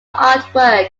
artwork